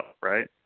right